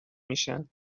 میشن